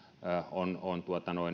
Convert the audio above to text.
on on